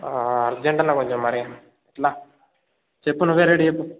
urgent అన్న కొంచెం మరి ఎట్లా చెప్పు నువ్వే రేట్ చెప్పు